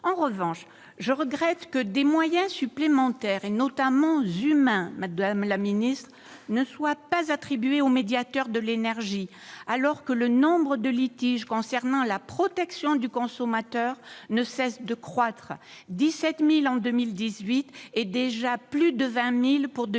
En revanche, je regrette que des moyens supplémentaires, notamment humains, ne soient pas attribués au médiateur national de l'énergie, alors que le nombre de litiges concernant la protection du consommateur ne cesse de croître : 17 000 en 2018 et déjà plus de 20 000 en 2019.